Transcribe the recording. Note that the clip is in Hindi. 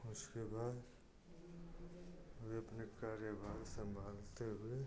उसके बाद वे अपने कार्यभार संभालते हुए